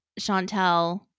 Chantel